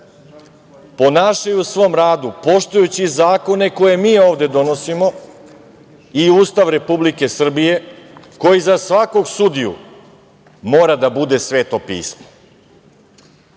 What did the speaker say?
ponašaju u svom radu poštujući zakone koje mi ovde donosimo i Ustav Republike Srbije koji za svakog sudiju mora da bude sveto pismo. Zakon